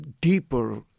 deeper